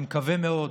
אני מקווה מאוד